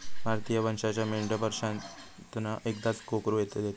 भारतीय वंशाच्यो मेंढयो वर्षांतना एकदाच कोकरू देतत